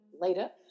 later